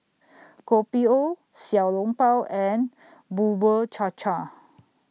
Kopi O Xiao Long Bao and Bubur Cha Cha